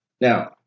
Now